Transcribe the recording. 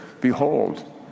Behold